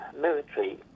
military